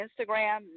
Instagram